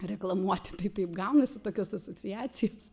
reklamuoti tai taip gaunasi tokios asociacijos